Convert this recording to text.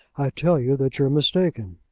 i tell you that you're mistaken.